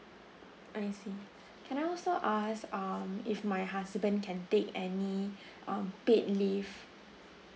I see can I also ask um if my husband can take any um paid leave